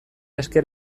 esker